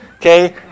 Okay